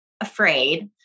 afraid